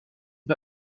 bei